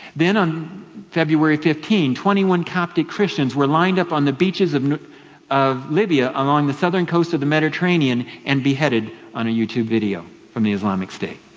then on february fifteen, twenty one coptic christians were lined up on the beaches of of libya along the southern coast of the mediterranean and beheaded on a youtube video from the islamic state.